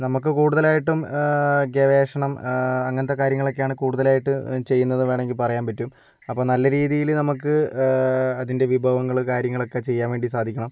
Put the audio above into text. നമുക്ക് കൂടുതൽ ആയിട്ടും ഗവേഷണം അങ്ങനത്തെ കാര്യങ്ങലൊക്കെയാണ് കൂടുതലായിട്ട് ചെയ്യുന്നത് വേണമെങ്കിൽ പറയാൻ പറ്റും അപ്പോൾ നല്ല രീതിയില് നമുക്ക് അതിൻ്റെ വിഭവങ്ങള് കാര്യങ്ങളൊക്കെ ചെയ്യാൻ വേണ്ടി സാധിക്കണം